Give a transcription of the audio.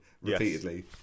Repeatedly